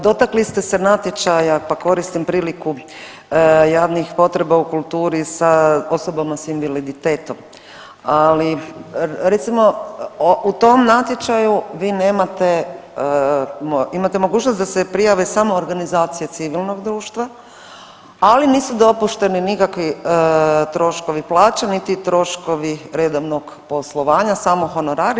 Dotakli ste se natječaja, pa koristim priliku javnih potreba u kulturi sa osobama sa invaliditetom, ali recimo u tom natječaju vi nemate, imate mogućnost da se prijave samo organizacije civilnog društva, ali nisu dopušteni nikakvi troškovi plaće, niti troškovi redovnog poslovanja, samo honorari.